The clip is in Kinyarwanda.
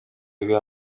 ubwa